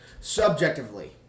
Subjectively